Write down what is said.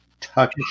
touch